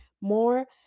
more